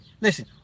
Listen